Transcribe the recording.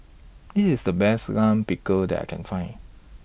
This IS The Best Lime Pickle that I Can Find